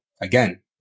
again